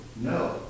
no